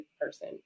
person